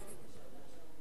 ביישובים הערביים.